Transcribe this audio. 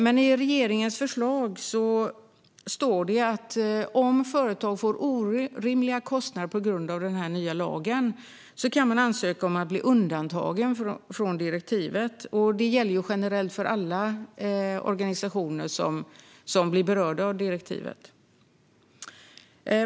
Men i regeringens förslag står det att företag, om de får orimliga kostnader på grund av den nya lagen, kan ansöka om att bli undantagna från direktivet, och det gäller generellt för alla organisationer som blir berörda av direktivet.